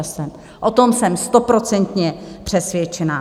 O tom jsem stoprocentně přesvědčená.